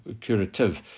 curative